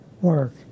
work